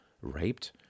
raped